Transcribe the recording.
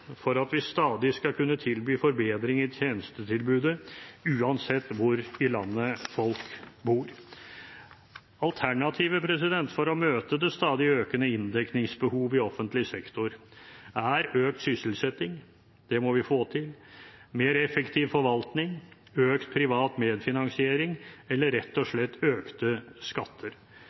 for at vi stadig skal kunne tilby forbedring i tjenestetilbudet uansett hvor i landet folk bor. Alternativet for å møte det stadig økende inndekningsbehovet i offentlig sektor er økt sysselsetting – det må vi få til – mer effektiv forvaltning, økt privat medfinansiering eller rett og slett økte skatter,